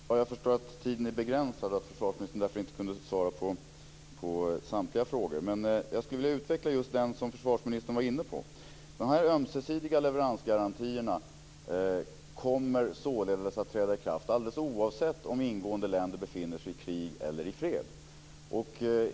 Fru talman! Jag förstår att tiden är begränsad och att försvarsministern därför inte kunde svara på samtliga frågor. Jag skulle dock vilja utveckla den fråga som försvarsministern var inne på. De ömsesidiga leveransgarantierna kommer således att träda i kraft alldeles oavsett om ingående länder befinner sig i krig eller i fred.